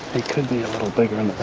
it could be a little bigger in